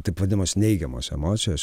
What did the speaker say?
taip vadinamos neigiamos emocijos